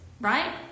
right